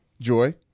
Joy